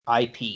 IP